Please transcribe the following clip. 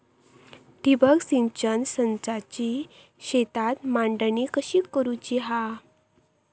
ठिबक सिंचन संचाची शेतात मांडणी कशी करुची हा?